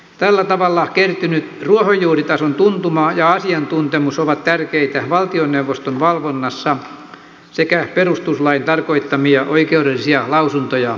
tällä tavalla kertynyt ruohonjuuritason tuntuma ja asiantuntemus ovat tärkeitä valtioneuvoston valvonnassa sekä perustuslain tarkoittamia oikeudellisia lausuntoja annettaessa